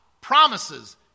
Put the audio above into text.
promises